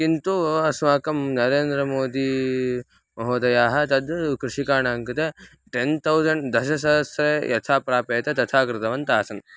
किन्तु अस्माकं नरेन्द्रमोदी महोदयाः तत् कृषकाणां कृते टेन् तौसण्ड् दशसहस्रे यथा प्राप्येत तथा कृतवन्तासन्